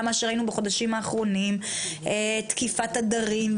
שראינו בחודשים האחרונים כמו תקיפת עדרים,